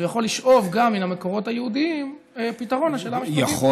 הוא יכול לשאוב גם מהמקורות היהודיים פתרון לשאלה המשפטית.